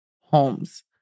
Holmes